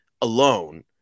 alone